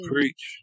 Preach